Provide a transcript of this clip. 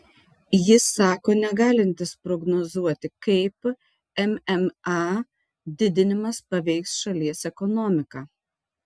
jis sako negalintis prognozuoti kaip mma didinimas paveiks šalies ekonomiką